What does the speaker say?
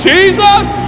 Jesus